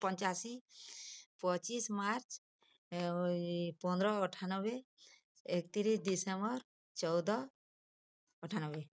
ପଞ୍ଚାଅଶୀ ପଚିଶି ମାର୍ଚ୍ଚ ପନ୍ଦର ଅଠାନବେ ଏକତିରିଶି ଡିସେମ୍ବର ଚଉଦ ଅଠାନବେ